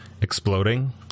exploding